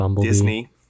Disney